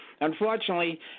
Unfortunately